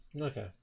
Okay